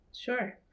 Sure